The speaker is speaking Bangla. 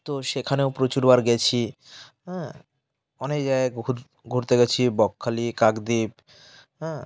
তো সেখানেও প্রচুর বার গেছি হ্যাঁ অনেক জায়গায় ঘুরতে গেছি বকখালি কাকদ্বীপ হ্যাঁ